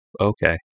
Okay